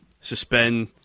suspend